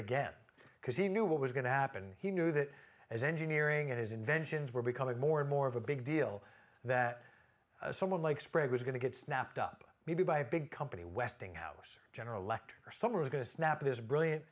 again because he knew what was going to happen he knew that as engineering and his inventions were becoming more and more of a big deal that someone like sprague was going to get snapped up maybe by a big company westinghouse general electric or some are going to snap is brilliant